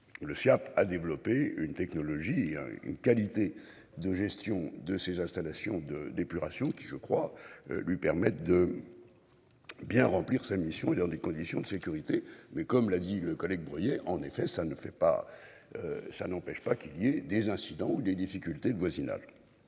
le CEA a développé une technologie. Qualité de gestion de ces installations de d'épuration qui je crois lui permettent de. Bien remplir sa mission et dans des conditions de sécurité. Mais comme l'a dit le collègue en effet ça ne fait pas. Ça n'empêche pas qu'il y ait des incidents ou des difficultés de voisinage.